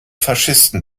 faschisten